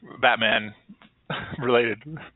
Batman-related